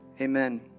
amen